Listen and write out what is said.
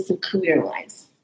career-wise